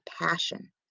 passion